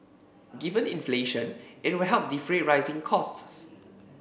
given inflation it will help defray rising costs